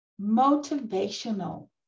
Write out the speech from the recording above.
Motivational